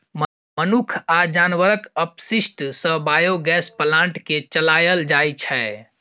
मनुख आ जानबरक अपशिष्ट सँ बायोगैस प्लांट केँ चलाएल जाइ छै